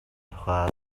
тухай